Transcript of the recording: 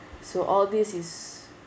so all these is